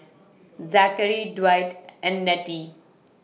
Zachary Dwight and Nettie